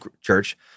church